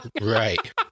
Right